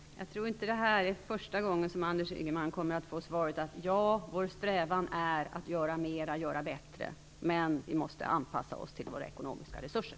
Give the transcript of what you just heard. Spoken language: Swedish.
Fru talman! Jag tror inte att detta är sista gången som Anders Ygeman kommer att få svaret: Ja, vår strävan är att göra mer och göra bättre, men vi måste anpassa oss till våra ekonomiska resurser.